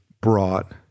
brought